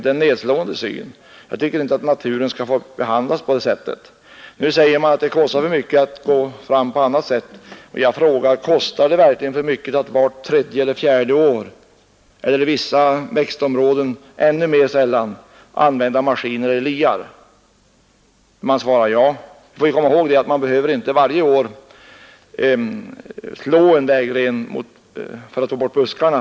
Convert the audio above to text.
Det är en nedslående syn. Jag tycker inte att naturen skall behandlas på det sättet. Nu säger man att det kostar för mycket att gå fram på annat sätt. Jag frågar: Kostar det verkligen för mycket om man avstår från giftet och i stället vart tredje eller vart fjärde år — när det gäller vissa växtområden kanske ännu mer sällan — gör arbetet med hjälp av maskiner eller liar? Man svarar ja. Vi får komma ihåg att man inte varje år behöver slå en vägren för att få bort buskarna.